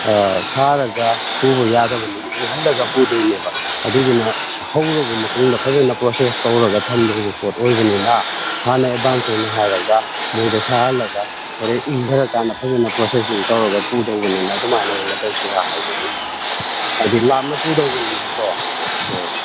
ꯁꯥꯔꯒ ꯄꯨꯕ ꯌꯥꯗꯕꯅꯤꯅ ꯏꯪꯍꯜꯂꯒ ꯄꯨꯗꯣꯏꯅꯦꯕ ꯑꯗꯨꯏꯗꯨꯅ ꯍꯧꯔꯕ ꯃꯇꯨꯡꯗ ꯐꯖꯅ ꯄ꯭ꯔꯣꯁꯦꯁ ꯇꯧꯔꯒ ꯊꯝꯗꯧꯕ ꯄꯣꯠ ꯑꯣꯏꯕꯅꯤꯅ ꯍꯥꯟꯅ ꯑꯦꯗꯚꯥꯟꯁ ꯑꯣꯏꯅ ꯍꯥꯏꯔꯒ ꯃꯣꯏꯗ ꯁꯥꯍꯜꯂꯒ ꯍꯣꯔꯦꯟ ꯏꯪꯊꯔꯀꯥꯟꯗ ꯐꯖꯅ ꯄ꯭ꯔꯣꯁꯦꯁꯤꯡ ꯇꯧꯔꯒ ꯄꯨꯗꯧꯕꯅꯤꯅ ꯑꯗꯨꯃꯥꯏꯅ ꯑꯣꯏꯅ ꯇꯧꯁꯤꯔꯥ ꯍꯥꯏꯕꯒꯤ ꯍꯥꯏꯗꯤ ꯂꯥꯞꯅ ꯄꯨꯗꯧꯕꯅꯤꯅꯀꯣ ꯍꯣꯏ